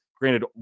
Granted